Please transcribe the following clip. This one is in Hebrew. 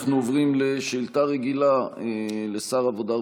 אנחנו עוברים לשאילתה רגילה לשר העבודה,